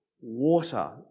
water